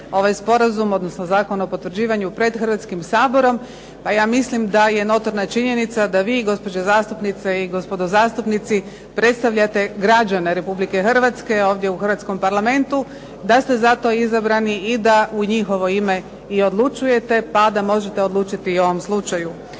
ovaj sporazum, odnosno Zakon o potvrđivanju pred Hrvatskim saborom? Pa ja mislim da je notorna činjenica da vi gospođe zastupnice i gospodo zastupnici predstavljate građane Republike Hrvatske ovdje u hrvatskom Parlamentu, da ste zato izabrani i da u njihovo ime i odlučujete, pa da možete odlučiti i u ovom slučaju.